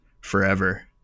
forever